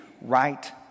right